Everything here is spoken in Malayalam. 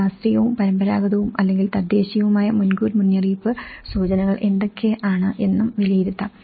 ശാസ്ത്രീയവും പരമ്പരാഗതവും അല്ലെങ്കിൽ തദ്ദേശീയവുമായ മുൻകൂർ മുന്നറിയിപ്പ് സൂചകങ്ങൾ എന്തൊക്കെയാണ് എന്നും വിലയിരുത്താം